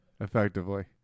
effectively